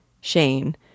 Shane